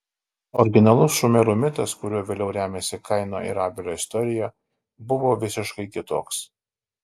originalus šumerų mitas kuriuo vėliau remiasi kaino ir abelio istorija buvo visiškai kitoks